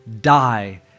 die